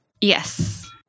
Yes